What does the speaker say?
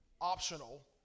optional